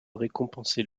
récompenser